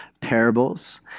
parables